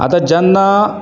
आतां जेन्ना